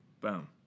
Boom